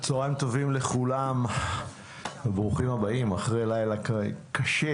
צוהריים טובים לכולם וברוכים הבאים אחרי לילה קשה,